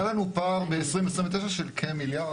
היה לנו פער ב-2029 של כמיליארד,